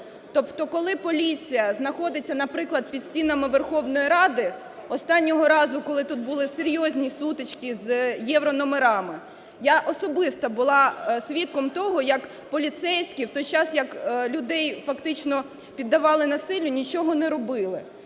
Тобто, коли поліція знаходиться, наприклад, під стінами Верховної Ради, останнього разу, коли тут були серйозні сутички з єврономерами, я особисто була свідком того, як поліцейські, в той час як людей фактично піддавали насиллю, нічого не робили.